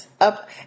Up